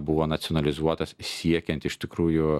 buvo nacionalizuotas siekiant iš tikrųjų